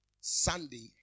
Sunday